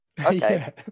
okay